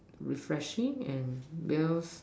refreshing and those